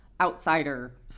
outsider